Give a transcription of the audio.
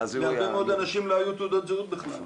להרבה מאוד אנשים לא היו תעודות זהות בכלל.